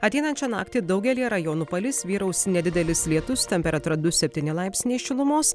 ateinančią naktį daugelyje rajonų palis vyraus nedidelis lietus temperatūra du septyni laipsniai šilumos